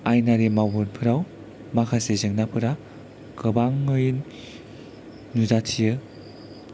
आयेनारि मावमिनफोराव माखासे जेंनाफोरा गोबाङ नुजाथियो